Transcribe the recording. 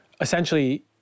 Essentially